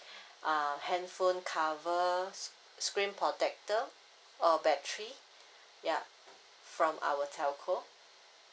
uh handphone cover s~ screen protector or battery yup from our telco